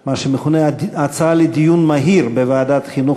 מה שמכונה הצעה לדיון מהיר בוועדת החינוך,